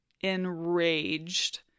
enraged